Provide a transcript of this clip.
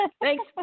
Thanks